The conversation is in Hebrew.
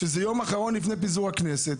שזה יום אחרון לפני פיזור הכנסת.